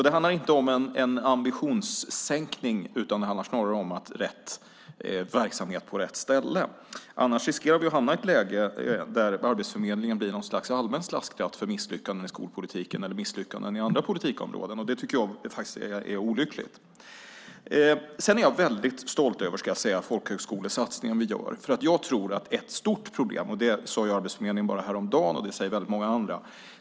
Det handlar alltså inte om en ambitionssänkning. Snarare handlar det om att få rätt verksamhet på rätt ställe. I annat fall riskerar vi att hamna i ett läge där Arbetsförmedlingen blir något slags allmän slasktratt för misslyckanden i skolpolitiken eller misslyckanden på andra politikområden. Det tycker jag vore olyckligt. Sedan vill jag säga att jag är mycket stolt över den folkhögskolesatsning vi gör. Ett stort problem är de som är långtidsarbetslösa och saknar grundskole eller gymnasieexamen.